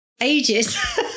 ages